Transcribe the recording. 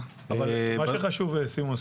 סימון,